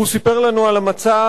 הוא סיפר לנו על המצב,